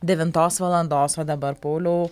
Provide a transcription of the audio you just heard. devintos valandos o dabar pauliau